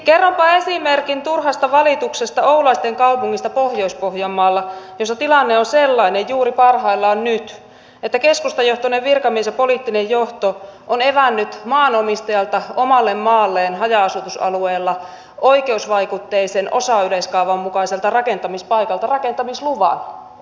kerronpa esimerkin turhasta valituksesta oulaisten kaupungista pohjois pohjanmaalla jossa tilanne on juuri parhaillaan sellainen että keskustajohtoinen virkamies ja poliittinen johto on evännyt maanomistajalta omalle maalleen haja asutusalueella oikeusvaikutteisen osayleiskaavan mukaiselta rakentamispaikalta rakentamisluvan